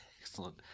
excellent